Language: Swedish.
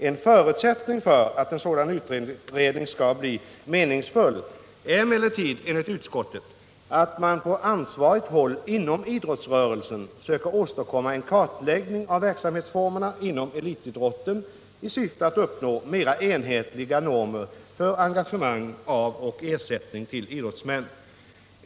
En förutsättning för att en sådan utredning skall bli meningsfull är emellertid enligt utskottet att man på ansvarigt håll inom idrottsrörelsen söker åstadkomma en kartläggning av verksamhetsformerna inom elitidrotten i syfte att uppnå mera enhetliga normer för engagemang av och ersättning till idrottsmän.